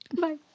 Bye